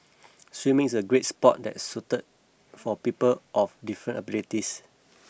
swimming is a great sport that is suited for people of different abilities